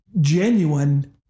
genuine